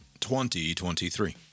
2023